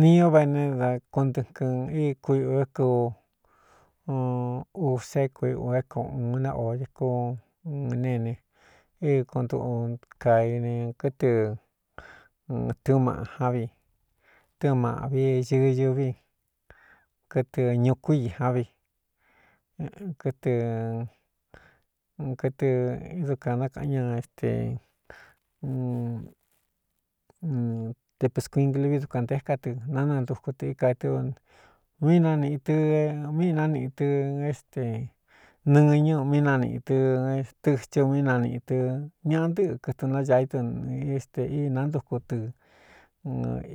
Niñu ó uve ne da kuntɨkɨn í kuiꞌū é ku u sekui u é koꞌu ne o ékú néne í kuntuꞌu caine kɨtɨ tɨꞌ mꞌ ávi tɨ maꞌvi ñɨɨñɨví kɨtɨ ñukú i jávi kɨtɨ kɨtɨ dukān nákaꞌan ña éste tepskuinglvi dukuān ntéká tɨ nánantuku tɨ é kaitɨ míi nánīꞌi tɨ míinániꞌi tɨ éstē nɨñɨ mí nánīꞌi tɨ étɨcɨ mí nanīꞌi tɨ ñaꞌa ntɨ́ꞌɨ kɨtɨnaña í tɨ n éstē ínāntuku tɨ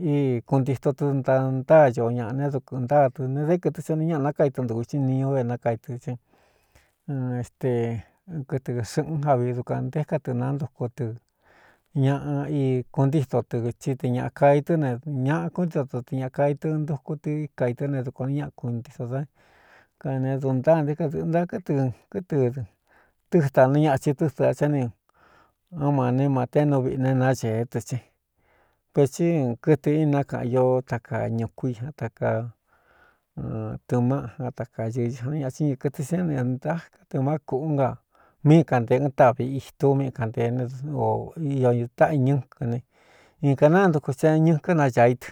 í kuntito tɨ ntaa ntáañoo ñaꞌa neé dukuɨ ntáadɨ ne dé kɨtɨ sa ni ñaꞌa nákáitɨntūū xin niñu ve nakaitɨ cɨ éste kɨtɨ xɨꞌɨn jávi dukuān ntéká tɨ nántuku tɨ ñaꞌa í kuntíto tɨ ti te ñāꞌa kaai tɨ́ ne ñaꞌa kúntito to tɨ ñāꞌa kaai tɨɨn ntuku tɨ í kaitɨ́ ne dukuān nɨ́ ñaꞌa kuntitō dā kane duntáa nté kadɨ̄ꞌɨ nta kɨtɨ kɨtɨ tɨ́dānɨ ñathin tú́ dɨ̄a cá ni án mané maté nu viꞌine nacēé dɨ ce vetsi kɨtɨ inákaꞌan ió takaa ñukú i takaa tɨꞌmáꞌtakaɨɨ ɨsan ñatín ntɨ kɨtɨ sá nintaká tɨmá kūꞌú nga míi kante ɨn táꞌvi itú míi kantee e o iō taꞌaiñú́ kɨn ne in ka nántuku te ñɨkɨ naya í tɨ.